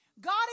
God